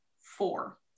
four